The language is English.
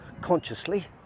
consciously